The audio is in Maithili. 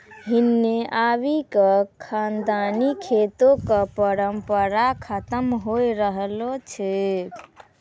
हिन्ने आबि क खानदानी खेतो कॅ परम्परा खतम होय रहलो छै